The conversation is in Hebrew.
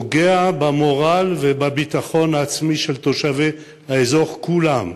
שפוגע במורל ובביטחון העצמי של תושבי האזור כולם,